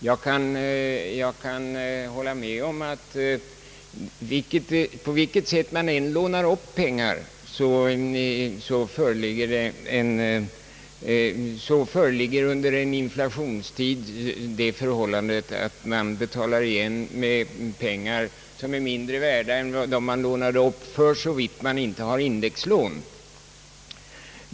Jag kan hålla med om att hur man än lånar upp pengar föreligger under en inflation det förhållandet att man betalar igen med pengar som är mindre värda än dem man fick ut när lånet togs, för så vitt man inte har indexlån.